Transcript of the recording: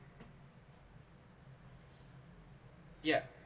yeah